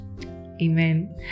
amen